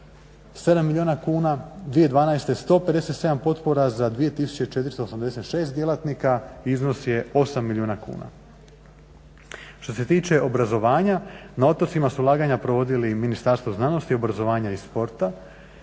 7 milijuna kuna, 2012. 157 potpora za 2486 djelatnika, iznos je 8 milijuna kuna. Što se tiče obrazovanja, na otocima su ulaganja provodili Ministarstvo znanosti, obrazovanja i sporta